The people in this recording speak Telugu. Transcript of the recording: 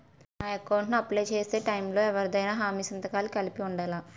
నా అకౌంట్ ను అప్లై చేసి టైం లో ఎవరిదైనా హామీ సంతకాలు కలిపి ఉండలా?